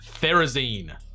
therazine